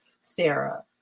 Sarah